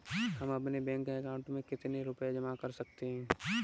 हम अपने bank account में कितने रुपये जमा कर सकते हैं?